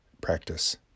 practice